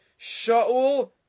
Shaul